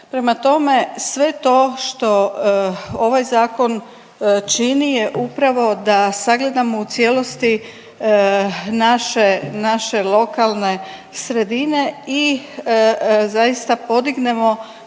Prema tome sve to što ovaj zakon čini je upravo to da sagledamo u cijelosti naše, naše lokalne sredine i zaista podignemo